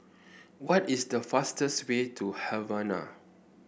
what is the fastest way to Havana